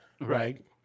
Right